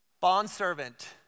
Bondservant